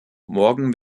morgen